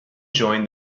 join